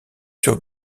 sur